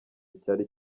icyari